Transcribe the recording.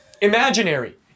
imaginary